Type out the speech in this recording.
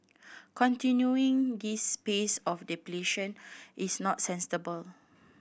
continuing this pace of depletion is not sustainable